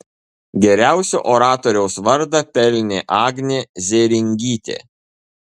geriausio oratoriaus vardą pelnė agnė zėringytė